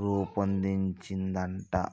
రుపొన్దించిందంట